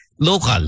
Local